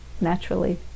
Naturally